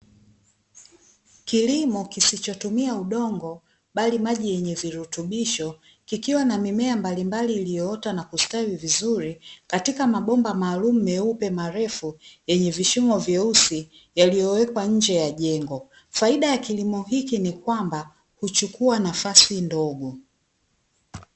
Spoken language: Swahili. Kilimo kisichotumia udongo bali maji yenye virutubisho, kikiwa na mimea mbalimbali iliyoota na kustawi vizuri, katika mabomba maalumu meupe marefu yenye vishimo vyeusi yaliyowekwa nje ya jengo, faida ya kilimo hiki ni kwamba huchukua nafasi ndogo.